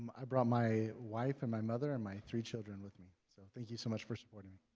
i brought my wife and my mother and my three children with me, so thank you so much for supporting me.